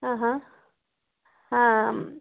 ಆಂ ಹಾಂ ಹಾಂ